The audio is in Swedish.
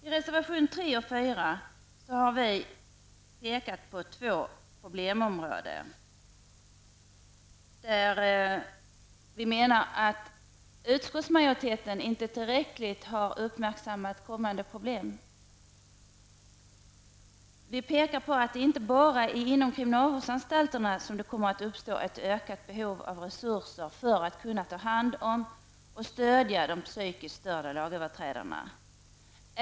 I reservation 3 och 4 har vi pekat på två problemområden där vi menar att utskottsmajoriteten inte har uppmärksammat kommande problem tillräckligt. Vi pekar på att det inte bara är inom kriminalvårdsanstalterna som det kommer att uppstå ett ökat behov av resurser för att kunna ta hand om och stödja de psykiskt störda lagöverträdarna.